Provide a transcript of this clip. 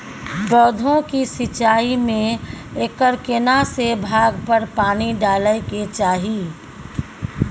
पौधों की सिंचाई में एकर केना से भाग पर पानी डालय के चाही?